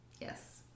Yes